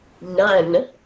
none